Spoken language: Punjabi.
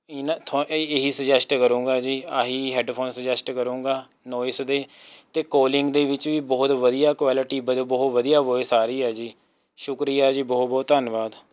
ਇਹਨਾਂ ਥੋਂ ਇਹੀ ਸੁਜੇਸਟ ਕਰੂੰਗਾ ਜੀ ਆਹੀ ਹੈੱਡਫ਼ੋਨ ਸੁਜੇਸਟ ਕਰੂੰਗਾ ਨੋਈਸ ਦੇ ਅਤੇ ਕਾਲਿੰਗ ਦੇ ਵਿੱਚ ਵੀ ਬਹੁਤ ਵਧੀਆ ਕੁਆਲਿਟੀ ਬਹੁਤ ਵਧੀਆ ਵੋਆਇਸ ਆ ਰਹੀ ਆ ਜੀ ਸ਼ੁਕਰੀਆ ਜੀ ਬਹੁਤ ਬਹੁਤ ਧੰਨਵਾਦ